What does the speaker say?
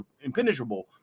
impenetrable